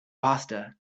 pasta